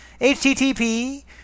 HTTP